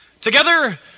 Together